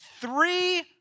three